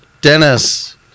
Dennis